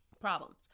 Problems